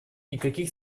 никаких